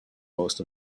most